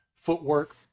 footwork